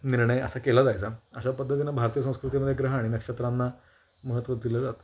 निर्णय असा केला जायचा अशा पद्धतीनं भारतीय संस्कृतीमध्ये ग्रह आणि नक्षत्रांना महत्त्व दिलं जातं